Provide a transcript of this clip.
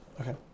Okay